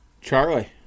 charlie